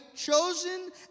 chosen